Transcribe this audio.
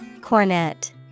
Cornet